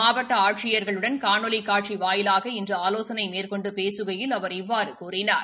மாவட்ட ஆட்சியர்களுடன் காணொலி காட்சி வாயிலாக இன்று ஆலோசனை மேற்கொண்டு பேசுகையில் அவர் இவ்வாறு கூறினார்